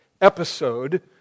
episode